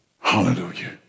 Hallelujah